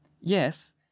Yes